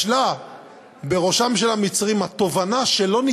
בשלה בראשם של המצרים התובנה שאין